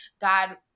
God